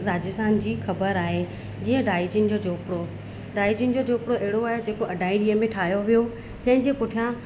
राजस्थान जी ख़बर आहे जीअं ढाईजिन जो झोपिड़ो ढाईजिन जो झोपिड़ो अहिड़ो आहे जेको अढाई ॾींहं में ठाहियो वियो जंहिंजे पुठियां